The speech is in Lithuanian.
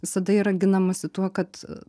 visada yra ginamasi tuo kad